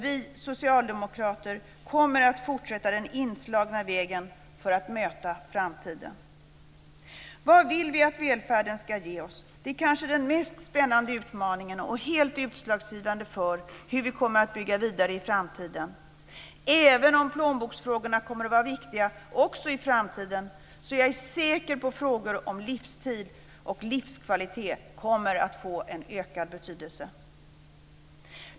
Vi socialdemokrater kommer att fortsätta på den inslagna vägen för att möta framtiden. Vad vill vi att välfärden ska ge oss? Det är kanske den mest spännande utmaningen och helt utslagsgivande för hur vi kommer att bygga vidare i framtiden. Även om plånboksfrågorna kommer att vara viktiga också i framtiden är jag säker på att frågor om livsstil och livskvalitet kommer att få en ökad betydelse.